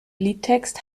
liedtext